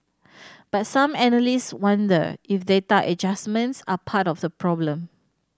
but some analysts wonder if data adjustments are part of the problem